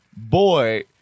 Boy